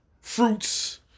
fruits